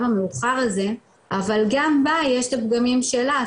המאוחר הזה אבל גם בה יש את הפגמים שלה,